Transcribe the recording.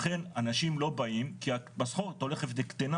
לכן אנשים לא באים כי המשכורת הולכת וקטנה